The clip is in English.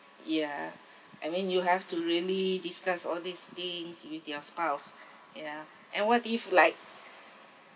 ya I mean you have to really discuss all these things with their spouse ya and what if like